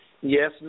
Yes